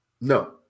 No